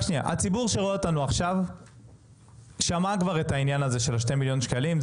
הציבור שרואה אותנו עכשיו שמע כבר את העניין הזה של ה-2 מיליון שקלים.